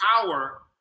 power